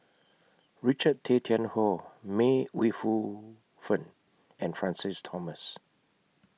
Richard Tay Tian Hoe May Ooi Yu Fen and Francis Thomas